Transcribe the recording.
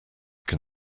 can